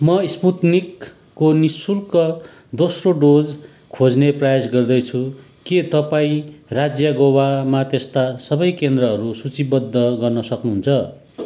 म स्पुत्निकको निः शुल्क दोस्रो डोज खोज्ने प्रयास गर्दैछु के तपाईँ राज्य गोवामा त्यस्ता सबै केन्द्रहरू सूचीबद्ध गर्न सक्नुहुन्छ